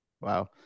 Wow